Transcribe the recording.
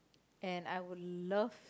and I would love